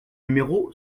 numéro